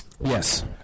Yes